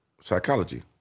Psychology